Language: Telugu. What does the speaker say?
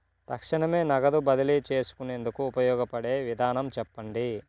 తక్షణమే నగదు బదిలీ చేసుకునేందుకు ఉపయోగపడే విధానము చెప్పండి?